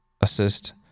assist